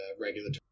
regulatory